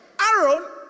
Aaron